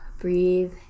breathe